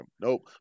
Nope